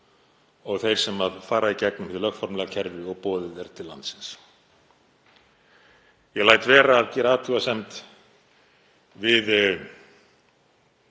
og þeir sem fara í gegnum hið lögformlega kerfi og er boðið til landsins. Ég læt vera að gera athugasemd við